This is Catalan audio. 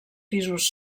pisos